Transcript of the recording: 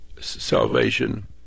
salvation